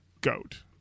goat